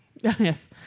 Yes